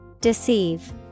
Deceive